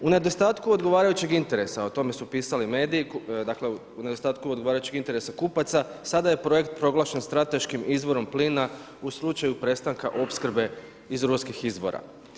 U nedostatku odgovarajućeg interesa, o tome su pisali mediji, dakle u nedostatku odgovarajućeg interesa kupaca sada je projekt proglašen strateškim izvorom plina u slučaju prestanka opskrbe iz ruskih izvora.